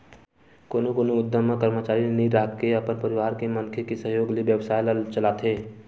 कोनो कोनो उद्यम म करमचारी नइ राखके अपने परवार के मनखे के सहयोग ले बेवसाय ल चलाथे